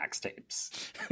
tapes